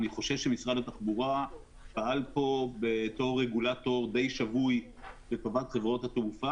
אני חושב שמשרד התחבורה פעל פה בתור רגולטור די שבוי למען חברות התעופה,